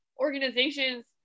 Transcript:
organizations